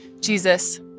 Jesus